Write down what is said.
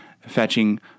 fetching